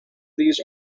these